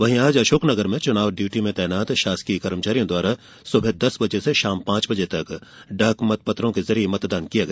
वहीं आज अशोकनगर में चुनाव ड्यूटी में तैनात शासकीय कर्मचारियों द्वारा सुबह दस बजे से शाम पांच बजे तक डाक मत पत्रों के जरिए मतदान किया गया